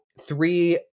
three